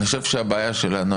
אני חושב שהבעיה שלנו,